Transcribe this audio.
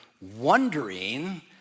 wondering